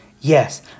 Yes